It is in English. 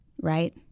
Right